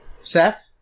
Seth